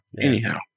anyhow